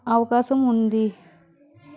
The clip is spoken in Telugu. అవకాశం ఉంది